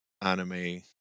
anime